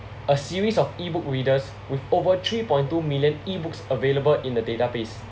a series of E book readers with over three point two million E books available in the database